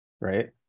right